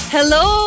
Hello